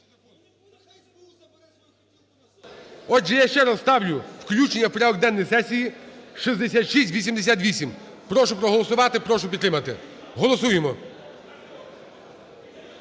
Отже, я ще раз ставлю включення в порядок денний сесії 6688. Прошу проголосувати, прошу підтримати. Голосуємо.